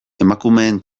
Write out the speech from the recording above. emakumeen